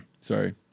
Sorry